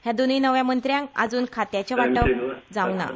ह्या दोगुय नव्या मंत्र्यांक आजून खात्यांचे वांटप जावंक ना